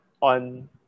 on